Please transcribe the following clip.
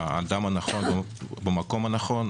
הוא האדם הנכון במקום הנכון.